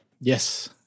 Yes